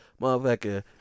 Motherfucker